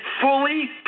fully